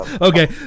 okay